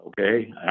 Okay